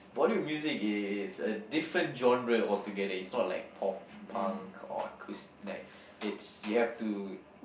Bollywood music is is a different genre all together is not like pop punk or acous~ like it's you have to